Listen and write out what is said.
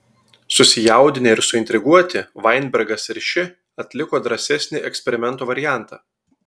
susijaudinę ir suintriguoti vainbergas ir ši atliko drąsesnį eksperimento variantą